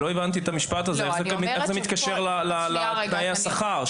לא הבנתי את המשפט הזה, איך זה מתקשר לתנאי השכר?